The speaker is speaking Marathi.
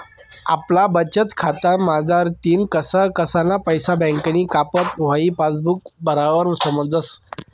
आपला बचतखाता मझारतीन कसा कसाना पैसा बँकनी कापात हाई पासबुक भरावर समजस